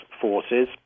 forces